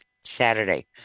Saturday